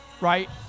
right